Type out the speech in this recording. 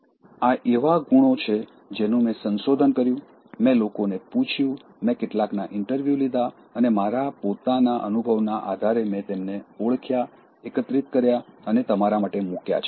આ એવા ગુણો છે જેનું મેં સંશોધન કર્યું મેં લોકોને પૂછ્યું મેં કેટલાકના ઇન્ટરવ્યૂ લીધા અને મારા પોતાના અનુભવના આધારે મેં તેમને ઓળખ્યા એકત્રિત કર્યા અને તમારા માટે મૂક્યા છે